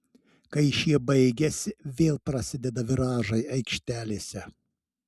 kai šie baigiasi vėl prasideda viražai aikštelėse